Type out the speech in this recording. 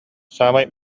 саамай